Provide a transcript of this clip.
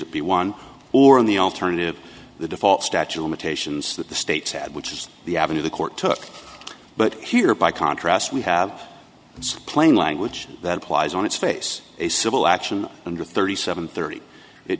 the one or in the alternative the default statue limitations that the states had which is the avenue the court took but here by contrast we have it's plain language that applies on its face a civil action under thirty seven thirty it